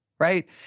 right